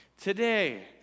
Today